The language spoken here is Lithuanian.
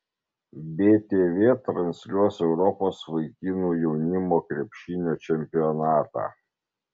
btv transliuos europos vaikinų jaunimo krepšinio čempionatą